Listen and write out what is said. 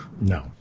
No